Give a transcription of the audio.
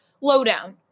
lowdown